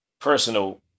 personal